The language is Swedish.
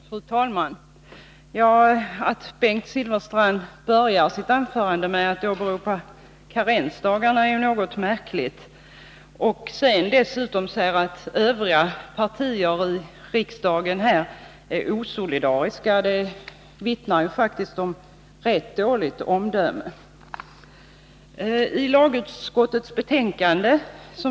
Fru talman! Att Bengt Silfverstrand börjar sitt anförande med att åberopa karensdagarna är något märkligt, och att han dessutom säger att övriga partier i riksdagen är osolidariska vittnar faktiskt om rätt dåligt omdöme.